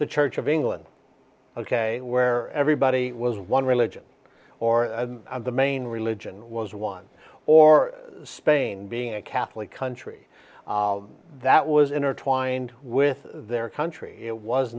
the church of england ok where everybody was one religion or the main religion was one or spain being a catholic country that was intertwined with their country it was